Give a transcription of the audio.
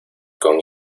con